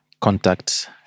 contact